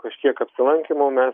kažkiek apsilankimų mes